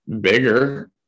bigger